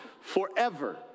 forever